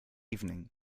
evening